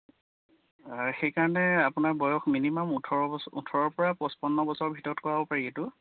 সেইকাৰণে আপোনাৰ বয়স মিনিমাম ওঠৰ বছৰ ওঠৰৰপৰা পঁচপন্ন বছৰ ভিতৰত কৰাব পাৰি এইটো